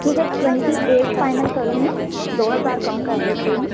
ठीक है twenty eight final करूँ मैं दो हज़ार कम कर देती हूँ